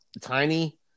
Tiny